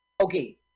okay